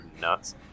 nuts